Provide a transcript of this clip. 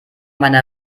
meiner